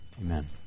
Amen